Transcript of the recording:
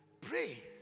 pray